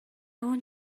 want